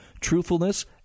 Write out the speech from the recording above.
truthfulness